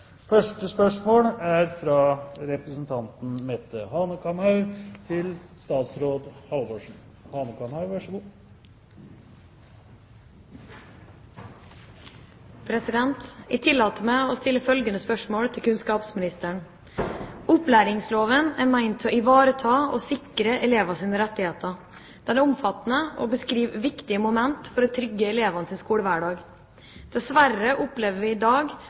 Jeg tillater meg å stille følgende spørsmål til kunnskapsministeren: «Opplæringsloven skal ivareta og sikre elevers rettigheter. Den er omfattende og beskriver viktige momenter for å trygge elevenes skolehverdag. Dessverre opplever en i dag at norske skoler bryter med vesentlige og viktige moment nedfelt i